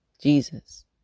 Jesus